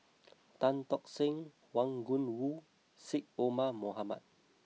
Tan Tock Seng Wang Gungwu Syed Omar Mohamed